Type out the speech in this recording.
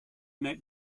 met